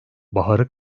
baharı